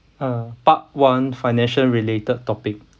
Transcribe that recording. uh part one financial related topic